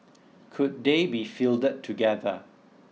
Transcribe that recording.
could they be fielded together